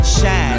Shine